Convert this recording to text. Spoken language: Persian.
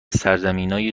سرزمینای